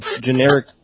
generic